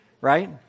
right